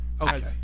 Okay